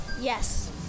Yes